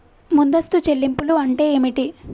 ముందస్తు చెల్లింపులు అంటే ఏమిటి?